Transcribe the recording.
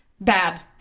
bad